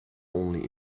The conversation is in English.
only